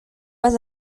pas